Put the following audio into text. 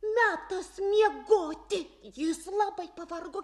metas miegoti jis labai pavargo